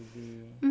mm